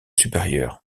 supérieur